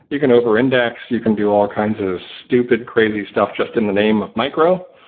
you can over index, you can do all kinds of stupid, crazy stuff just in the name of micro.